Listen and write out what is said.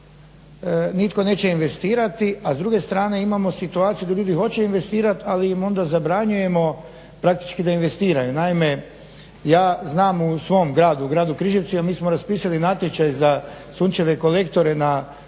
nitko neće investirati a s druge strane imamo situaciju kada ljudi hoćeju investirat ali im onda zabranjujemo praktički da investiraju. Naime ja znam u svom gradu, u gradu Križevcima mi smo raspisali natječaj za sunčeve kolektore na krovovima